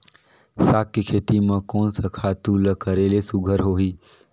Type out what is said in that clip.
साग के खेती म कोन स खातु ल करेले सुघ्घर होही?